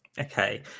Okay